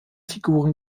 figuren